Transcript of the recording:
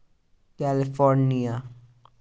California